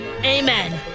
Amen